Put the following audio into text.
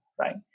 right